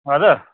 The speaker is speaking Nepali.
हजुर